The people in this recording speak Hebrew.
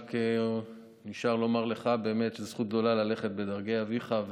נשאר רק לומר לך שזו באמת זכות גדולה ללכת בדרכי אביך,